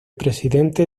presidente